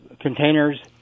containers